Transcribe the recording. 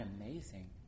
amazing